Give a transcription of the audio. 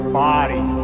body